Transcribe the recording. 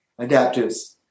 adaptives